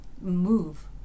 move